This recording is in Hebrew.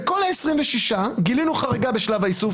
בכל ה-26 גילינו חריגה בשלב האיסוף,